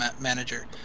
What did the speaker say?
manager